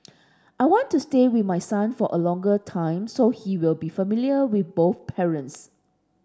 I want to stay with my son for a longer time so he will be familiar with both parents